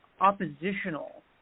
oppositional